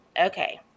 Okay